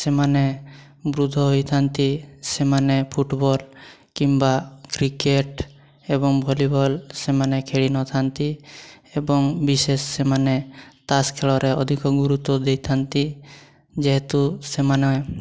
ସେମାନେ ବୃଦ୍ଧ ହୋଇଥାନ୍ତି ସେମାନେ ଫୁଟବଲ୍ କିମ୍ବା କ୍ରିକେଟ୍ ଏବଂ ଭଲିବଲ ସେମାନେ ଖେଳି ନଥାନ୍ତି ଏବଂ ବିଶେଷ ସେମାନେ ତାସ୍ ଖେଳରେ ଅଧିକ ଗୁରୁତ୍ୱ ଦେଇଥାନ୍ତି ଯେହେତୁ ସେମାନେ